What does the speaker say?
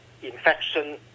infection